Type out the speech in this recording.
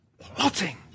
Plotting